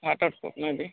waterproof में भी